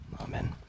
amen